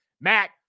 Matt